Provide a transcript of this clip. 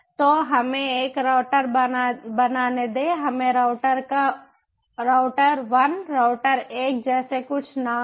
तो हमें एक राउटर बनाने दें हमें राउटर वन राउटर एक जैसे कुछ नाम दें